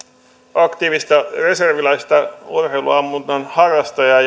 aktiivisena reserviläisenä urheiluammunnan harrastajana